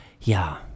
Ja